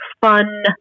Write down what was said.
fun